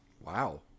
wow